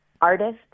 artist